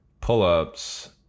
pull-ups